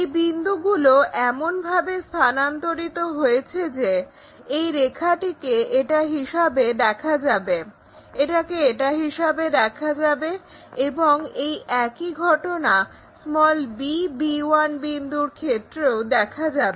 এই বিন্দুগুলো এমনভাবে স্থানান্তরিত হয়েছে যে এই রেখাটিকে এটা হিসাবে দেখা যাবে এটাকে এটা হিসাবে দেখা যাবে এবং এই একই ঘটনা b b1 বিন্দুর ক্ষেত্রেও দেখা যাবে